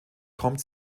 kommt